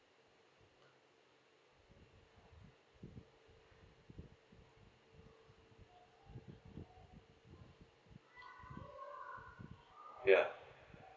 ya